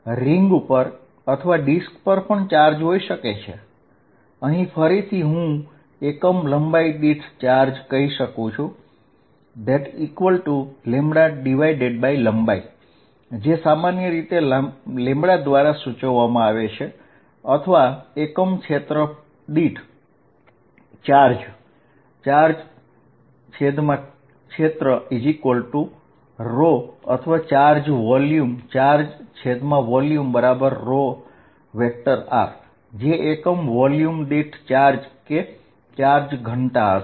ring પર કે disk પર પણ ચાર્જ હોઈ શકે છે અહીં ફરીથી હું એકમ લંબાઈ દીઠ ચાર્જ કહી શકું છું λ લંબાઈ જે સામાન્ય રીતે λ દ્વારા સૂચવવામાં આવે છે અથવા એકમ ક્ષેત્ર દીઠ ચાર્જ ચાર્જ ક્ષેત્ર σ અથવા ચાર્જ વોલ્યુમ ચાર્જ વોલ્યુમ ρ જે વીજભાર ઘનતા હશે